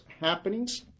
happenings